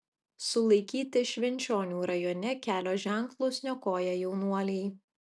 sulaikyti švenčionių rajone kelio ženklus niokoję jaunuoliai